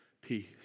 peace